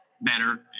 better